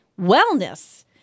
wellness